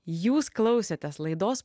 jūs klausėtės laidos